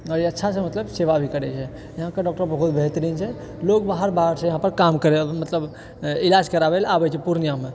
ई अच्छासँ मतलब चिबाएल करै छै यहाँकेडॉक्टर बहुत बेहतरीन छै लोग बाहर बाहर छै यहाँ पर काम करय मतलब इलाज कराबै लऽ आबै छै पुर्णियामे